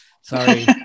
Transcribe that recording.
Sorry